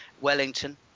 Wellington